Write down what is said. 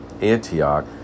Antioch